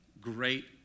great